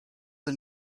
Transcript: the